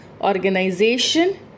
organization